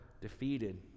defeated